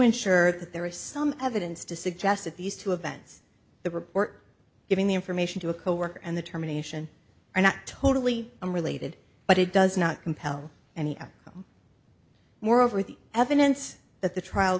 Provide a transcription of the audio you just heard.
that there is some evidence to suggest that these two events the report giving the information to a coworker and the termination are not totally unrelated but it does not compel any of them moreover the evidence that the trial